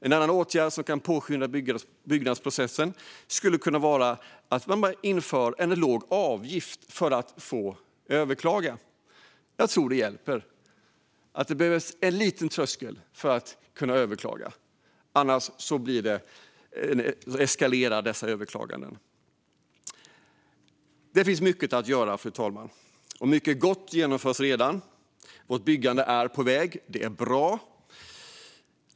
En annan åtgärd som skulle kunna påskynda byggprocessen är att införa en låg avgift för att överklaga. Jag tror att det skulle hjälpa. Det behövs en liten tröskel för att kunna överklaga, annars eskalerar dessa överklaganden. Det finns mycket att göra, fru talman. Mycket gott genomförs redan. Vårt byggande är på god väg. Det är bra.